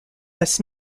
thus